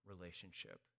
relationship